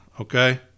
Okay